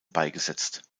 beigesetzt